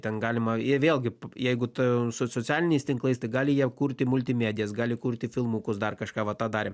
ten galima jie vėlgi jeigu tu su socialiniais tinklais tai gali jie kurti multimedijas gali kurti filmukus dar kažką va tą darėm